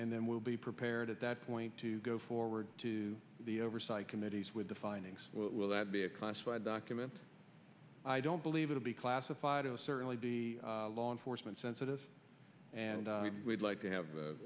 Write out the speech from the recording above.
and then we'll be prepared at that point to go forward to the oversight committees with the findings will that be a classified document i don't believe it will be classified oh certainly be law enforcement sensitive and we'd like to have a